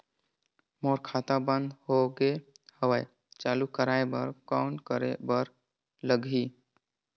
मोर खाता बंद हो गे हवय चालू कराय बर कौन करे बर लगही?